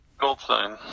Goldstein